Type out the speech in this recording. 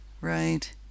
right